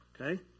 Okay